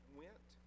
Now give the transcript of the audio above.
went